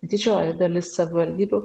didžioji dalis savivaldybių